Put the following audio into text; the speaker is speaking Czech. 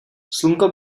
slunko